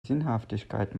sinnhaftigkeit